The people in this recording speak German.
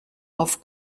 auf